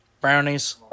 Brownies